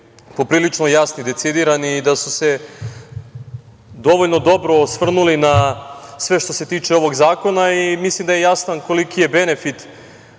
da su se dovoljno dobro osvrnuli na sve što se tiče ovog zakona i mislim da je jasno koliki je benefit